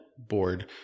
board